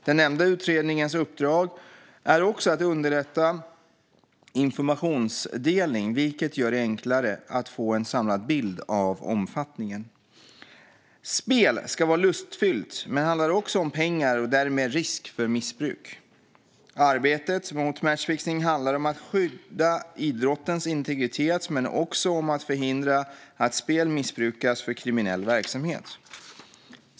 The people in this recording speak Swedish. Den nämnda utredningens uppdrag är också att underlätta informationsdelning, vilket gör det enklare att få en samlad bild av omfattningen. Spel ska vara lustfyllt men handlar också om pengar och därmed risk för missbruk. Arbetet mot matchfixning handlar om att skydda idrottens integritet men också om att förhindra att spel missbrukas för kriminell verksamhet.